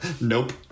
Nope